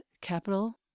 capital